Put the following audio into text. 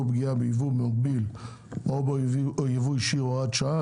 פגיעה בייבוא מקביל או בייבוא אישי) (הוראת שעה),